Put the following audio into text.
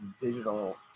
digital